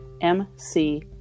M-C